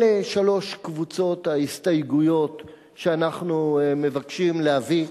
אלה שלוש קבוצות ההסתייגויות שאנחנו מבקשים להביא.